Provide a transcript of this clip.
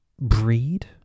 breed